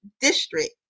district